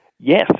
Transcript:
Yes